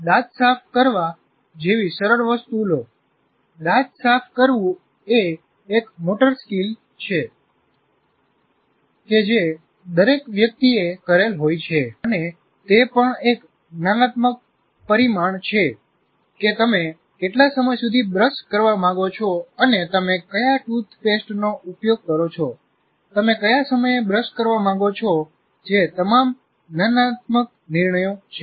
દાંત સાફ કરવા જેવી સરળ વસ્તુ લો દાંત સાફ કરવું એ એક મોટર સ્કીલ છે કે જે દરેક વ્યક્તિએ કરેલ હોય છે અને તે પણ એક જ્ઞાનાત્મક પરિમાણ છે કે તમે કેટલા સમય સુધી બ્રશ કરવા માંગો છો અને તમે કયા ટૂથપેસ્ટનો ઉપયોગ કરો છો તમે કયા સમયે બ્રશ કરવા માંગો છો જે તમામ જ જ્ઞાનનાત્મક નિર્ણયો છે